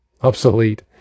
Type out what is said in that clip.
obsolete